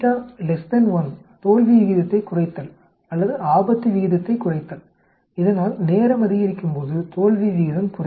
1 தோல்வி விகிதத்தைக் குறைத்தல் அல்லது ஆபத்து விகிதத்தைக் குறைத்தல் இதனால் நேரம் அதிகரிக்கும் போது தோல்வி விகிதம் குறைகிறது